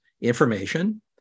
information